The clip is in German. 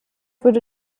wurde